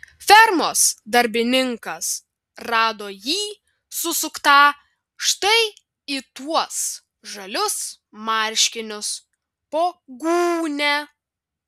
fermos darbininkas rado jį susuktą štai į tuos žalius marškinius po gūnia